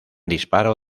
disparo